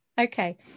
Okay